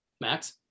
Max